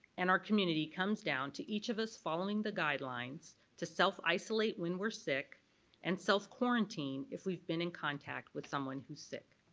and our community comes down to each of us following the guidelines to self isolate when we're sick and self-quarantine if we've been in contact with someone who's sick.